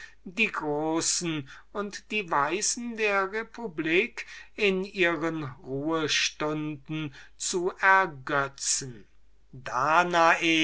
die großen und die weisen der republik in ihren ruhestunden zu ergötzen danae